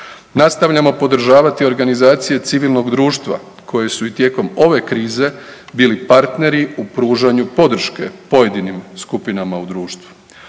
Nastavljamo podržavati organizacije civilnog društva koje su i tijekom ove krize bili partneri u pružanju podrške pojedinim skupinama u društvu.